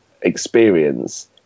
experience